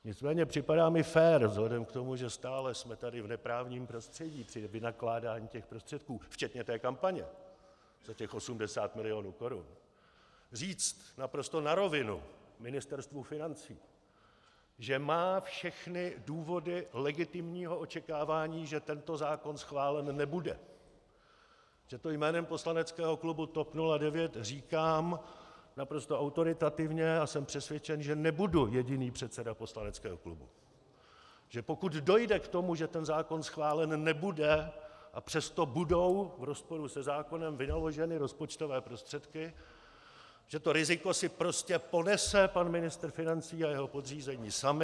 Nicméně připadá mi fér vzhledem k tomu, že stále jsme tady v neprávním prostředí při vynakládání těch prostředků, včetně té kampaně za těch 80 milionů korun, říct naprosto na rovinu Ministerstvu financí, že má všechny důvody legitimního očekávání, že tento zákon schválen nebude, že to jménem poslaneckého klubu TOP 09 říkám naprosto autoritativně, a jsem přesvědčen, že nebudu jediný předseda poslaneckého klubu, že pokud dojde k tomu, že ten zákon schválen nebude, a přesto budou v rozporu se zákonem vynaloženy rozpočtové prostředky, že to riziko si prostě ponese pan ministr financí a jeho podřízení sami.